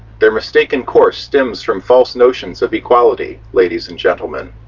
their mistaken course stems from false notions of equality, ladies and gentlemen.